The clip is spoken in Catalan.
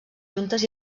juntes